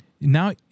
Now